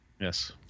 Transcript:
Yes